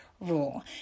rule